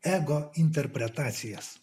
ego interpretacijas